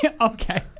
okay